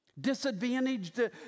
Disadvantaged